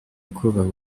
kubaha